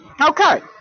Okay